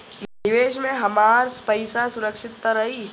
निवेश में हमार पईसा सुरक्षित त रही?